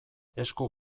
esku